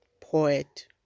poet